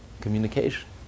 communication